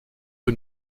que